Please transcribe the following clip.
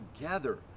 together